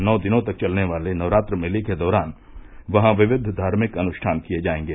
नौ दिनों तक चलने वाले नवरात्र मेले के दौरान वहां विविध धार्मिक अनुष्ठान किये जायेंगे